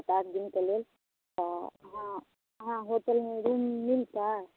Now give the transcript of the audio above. सात आठ दिनके लेल तऽ अहाँकेँ होटल मे रूम मिलतै